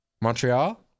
Montreal